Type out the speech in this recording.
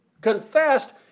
confessed